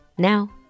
Now